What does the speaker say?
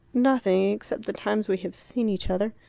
nothing except the times we have seen each other.